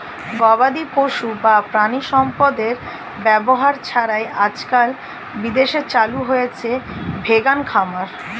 গবাদিপশু বা প্রাণিসম্পদের ব্যবহার ছাড়াই আজকাল বিদেশে চালু হয়েছে ভেগান খামার